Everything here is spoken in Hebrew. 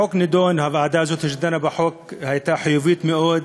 החוק נדון הוועדה שדנה בחוק הייתה חיובית מאוד,